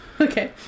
Okay